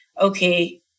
okay